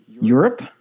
Europe